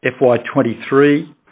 FY23